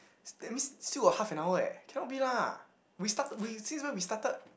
that means still got half an hour eh cannot be lah we started since when we started